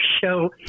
show